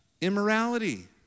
Immorality